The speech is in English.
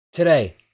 Today